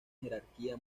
jerarquía